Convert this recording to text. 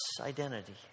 identity